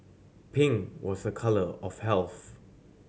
pink was a colour of health